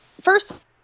first